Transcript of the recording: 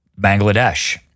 Bangladesh